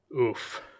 oof